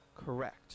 Correct